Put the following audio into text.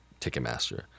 Ticketmaster